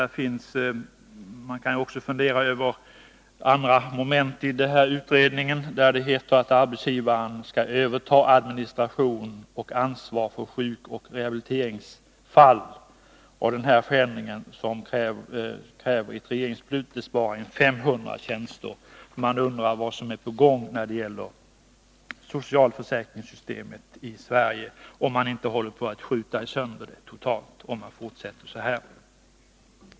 Man kan ju också fundera över andra moment i utredningen. Det heter t.ex. att arbetsgivaren skall överta administration och ansvar för sjukoch rehabiliteringsfall. Den här förändringen, som kräver ett regeringsbeslut, ger en besparing med 500 tjänster. Man undrar vad som är på gång när det gäller socialförsäkringssystemet i Sverige. Håller man inte på att skjuta sönder det totalt om man fortsätter så här?